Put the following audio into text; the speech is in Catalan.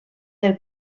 del